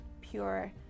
pure